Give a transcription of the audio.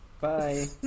Bye